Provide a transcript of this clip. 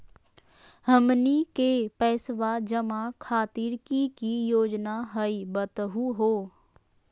हमनी के पैसवा जमा खातीर की की योजना हई बतहु हो?